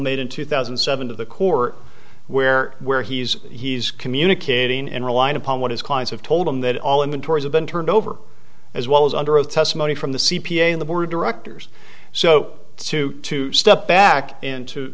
made in two thousand and seven to the court where where he's he's communicating and rely upon what his clients have told him that all inventories have been turned over as well as under oath testimony from the c p a and the board of directors so to to step back and to